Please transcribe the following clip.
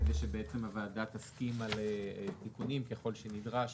כדי שבעצם הוועדה תסכים על תיקונים ככל שנדרש